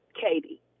Katie